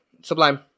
Sublime